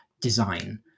design